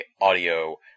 Audio